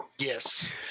Yes